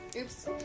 Oops